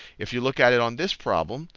if you look at it on this problem,